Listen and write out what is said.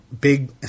Big